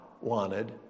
Wanted